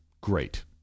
great